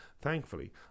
Thankfully